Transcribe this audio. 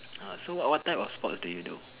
ah so what what type of sport do you do